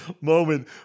moment